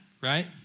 right